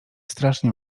strasznie